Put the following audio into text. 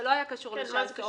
זה לא היה קשור לשי סומך,